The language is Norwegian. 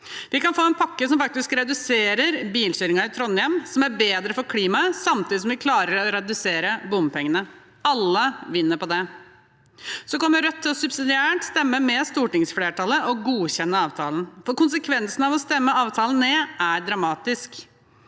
Vi kan få en pakke som faktisk reduserer bilkjøringen i Trondheim, og som er bedre for klimaet, samtidig som vi klarer å redusere bompengene. Alle vinner på det. Rødt kommer subsidiært til å stemme med stortingsflertallet og godkjenne avtalen, for konsekvensen av å stemme avtalen ned er dramatisk.